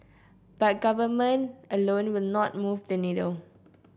but government alone will not move the needle